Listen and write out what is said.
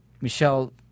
Michelle